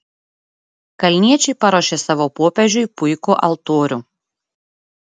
kalniečiai paruošė savo popiežiui puikų altorių